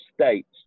states